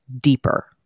deeper